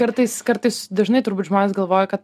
kartais kartais dažnai turbūt žmonės galvoja kad